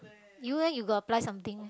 you leh you got apply something